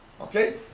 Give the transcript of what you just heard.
Okay